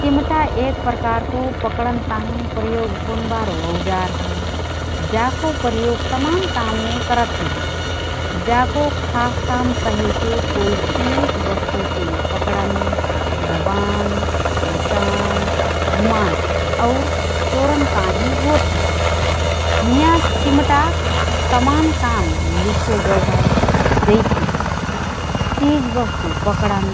चिमटा एक प्रकारको पकडन ताहिँ प्रयोग होनबारो औजार हए । जाको प्रयोग तमान काममे करत हएँ । जाको खास काम कहेसे कोइ चिझ वस्तुके पकडन, दबान, लचान, घुमान और तोरन ताहिँ होतहए । हिंया चिमटक तमान काम लिखो गओ हए जैसि: चिझ वस्तु पकडन: